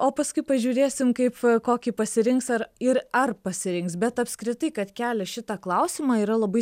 o paskui pažiūrėsim kaip kokį pasirinks ar ir ar pasirinks bet apskritai kad kelia šitą klausimą yra labai